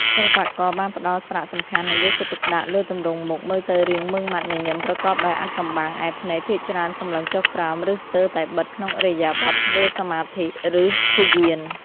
សិល្បករបាន ផ្តល់សារៈសំខាន់ និងយកចិត្តទុកដាក់លើទម្រង់មុខ មើលទៅរាងម៉ឺងម៉ាត់ ញញឹមប្រកបដោយអាថ៌កំបាំង ឯភ្នែកភាគច្រើនសម្លឹងចុះក្រោម ឬ ស្ទើរតែបិទក្នុងឥរិយាបថធ្វើសមាធិ ឬធ្យាន។